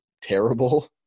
terrible